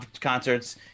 concerts